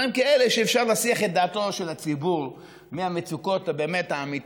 דברים כאלה שאפשר להסיח את דעתו של הציבור מהמצוקות האמיתיות